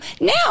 now